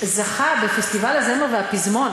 זכה בפסטיבל הזמר והפזמון